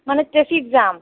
মানে ট্ৰেফিক জাম